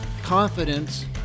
confidence